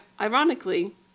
Ironically